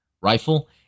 rifle